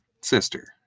Sister